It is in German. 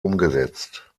umgesetzt